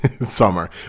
Summer